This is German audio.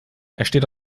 ersteht